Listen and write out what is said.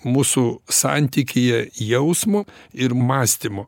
mūsų santykyje jausmo ir mąstymo